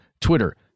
Twitter